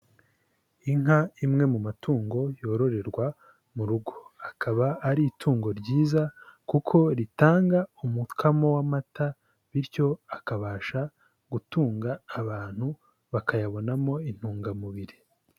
Inka imwe mu matungo yororerwa mu rugo, akaba ari itungo ryiza kuko ritanga umukamo w'amata, bityo akabasha gutunga abantu, bakayabonamo intungamubiri.